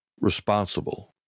responsible